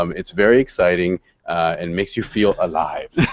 um it's very exciting and makes you feel alive.